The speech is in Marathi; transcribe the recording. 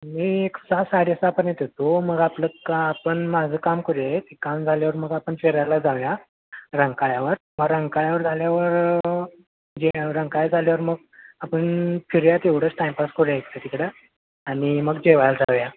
मी एक सहा साडेसहापर्यंत येतो मग आपलं का आपण माझं काम करूयात ते काम झाल्यावर मग आपण फिरायला जाऊया रंकाळ्यावर मग रंकाळ्यावर झाल्यावर जे रंकाळ्यावर झाल्यावर मग आपण फिरूया तेवढंच टाइम पास करूया इकडंतिकडं आणि मग जेवायला जाऊया